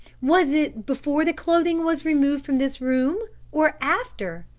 was it before the clothing was removed from this room or after?